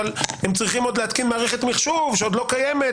אבל הם צריכים עוד להתקין מערכת מחשוב שעוד לא קיימת,